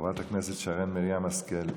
חברת הכנסת שרן מרים השכל,